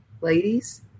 ladies